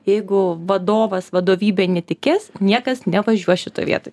jeigu vadovas vadovybė netikės niekas nevažiuos šitoj vietoj